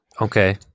Okay